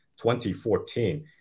2014